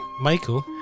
Michael